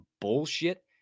bullshit